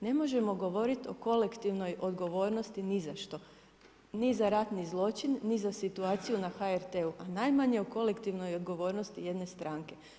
Ne možemo govoriti o kolektivnoj odgovornosti ni za što, ni za ratni zločin, ni za situaciju na HRT-u, a najmanje o kolektivnoj odgovornosti jedne stranke.